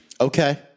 Okay